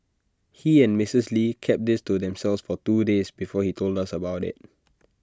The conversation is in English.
he and Mrs lee kept this to themselves for two days before he told us about IT